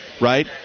right